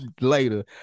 later